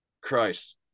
Christ